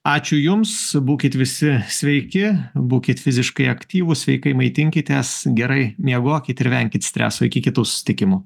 ačiū jums būkit visi sveiki būkit fiziškai aktyvūs sveikai maitinkitės gerai miegokit ir venkit streso iki kitų susitikimų